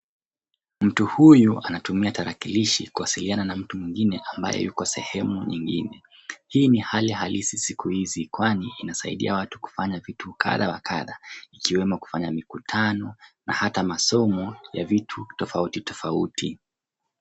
Mtu huyu anatumia tarakilishi kuwasiliana na mtu mwingine ambaye yuko sehemu nyingine. Hii ni halisi siku hizi kwani inasaidia watu kufanya vitu kadha wa kadha ikiwemo kufanya mikutano na hata masomo ya vitu tofautitofauti.